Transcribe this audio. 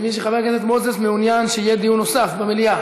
אני מבין שחבר הכנסת מוזס מעוניין שיהיה דיון נוסף במליאה.